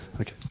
Okay